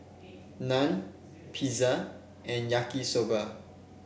Naan Pizza and Yaki Soba